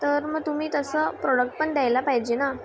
तर मं तुम्ही तसं प्रोडक्ट पन द्यायला पाहिजे ना